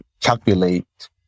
calculate